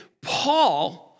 Paul